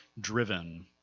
driven